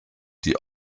die